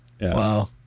Wow